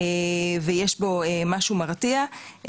יש בו משהו מרתיע.